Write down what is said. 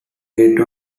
head